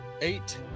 eight